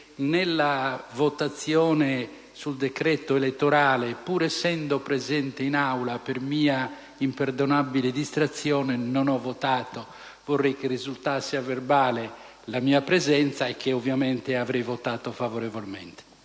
nella votazione sul disegno di legge n. 3647, pur essendo presente in Aula, per mia imperdonabile distrazione non ho votato. Vorrei che risultasse agli atti la mia presenza e che ovviamente avrei votato favorevolmente.